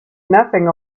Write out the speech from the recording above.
nothing